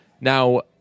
Now